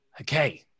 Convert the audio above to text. Okay